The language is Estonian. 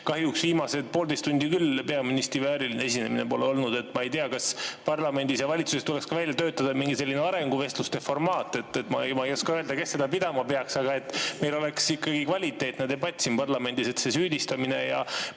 Kahjuks viimased poolteist tundi küll peaministrivääriline esinemine pole olnud. Ma ei tea, kas parlamendis ja valitsuses tuleks välja töötada mingi selline arenguvestluste formaat. Ma ei oska öelda, kes selle [tagama] peaks, et meil oleks ikkagi kvaliteetne debatt siin parlamendis. See süüdistamine ja